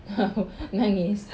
oh nangis